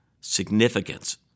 significance